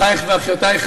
אחייך ואחיותייך,